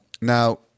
Now